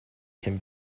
can